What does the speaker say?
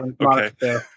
okay